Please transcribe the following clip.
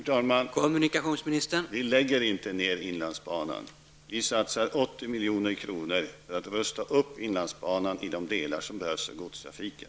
Herr talman! Regeringen lägger inte ned inlandsbanan. Vi satsar 80 milj.kr. för att rusta upp inlandsbanan i de delar som behövs för godstrafiken.